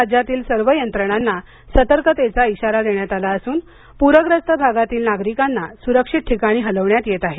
राज्यातील सर्व यंत्रणांना सतर्कतेचा इशारा देण्यात आला असून पूरग्रस्त भागातील नागरिकांना सु्रक्षित ठिकाणी हलवण्यात येत आहे